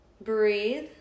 Breathe